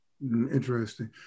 Interesting